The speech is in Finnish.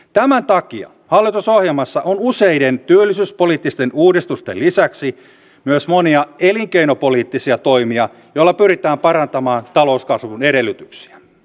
tämän takia hallitusohjelmassa on useiden työllisyyspoliittisten uudistusten lisäksi myös monia elinkeinopoliittisia toimia joilla pyritään parantamaan talouskasvun edellytyksiä